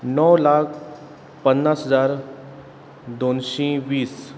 णव लाख पन्नास हजार दोनशीं वीस